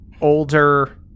older